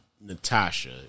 Natasha